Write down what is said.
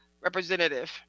representative